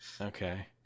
Okay